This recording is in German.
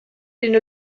den